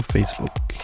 Facebook